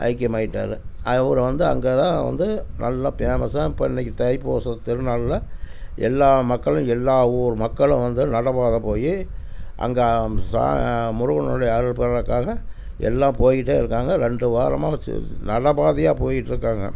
ஐக்கியமாகிட்டாரு அவர வந்து அங்கே தான் வந்து நல்லா ஃபேமஸாக இப்போ இன்றைக்கு தைப்பூச திருநாளில் எல்லா மக்களும் எல்லா ஊர் மக்களும் வந்து நடைப்பாத போய் அங்கே ச முருகனுடைய அருள் பெறதுக்காக எல்லாம் போய்கிட்டே இருக்காங்க ரெண்டு வாரமாக நடைப்பாதையா போயிட்டிருக்காங்க